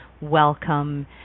welcome